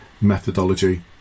methodology